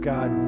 God